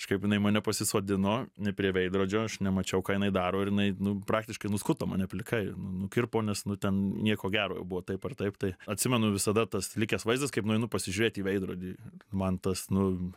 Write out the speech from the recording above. kažkaip jinai mane pasisodino prie veidrodžio aš nemačiau ką jinai daro ir jinai nu praktiškai nuskuto mane plikai nu nukirpo nes nu ten nieko gero buvo taip ar taip tai atsimenu visada tas likęs vaizdas kaip nueinu pasižiūrėti į veidrodį man tas nu